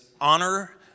honor